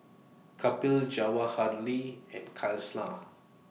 Kapil Jawaharlal and